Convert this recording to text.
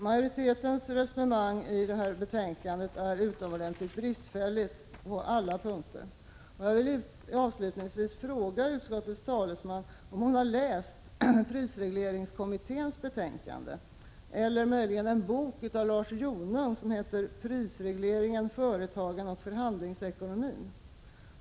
Majoritetens resonemang i detta betänkande är utomordentligt bristfälligt på alla punkter. Jag vill avslutningsvis fråga utskottets talesman om hon har läst prisregleringskommitténs betänkande, eller möjligen en bok av Lars Jonung, Prisregleringen, företagen och förhandlingsekonomin.